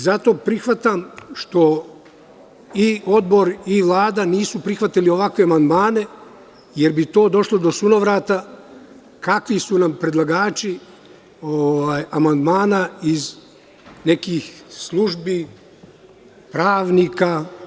Zato prihvatam što odbor i Vlada nisu prihvatili ovakve amandmane, jer bi onda došlo do sunovrata, kakvi su nam predlagači amandmana iz nekih službi, pravnika.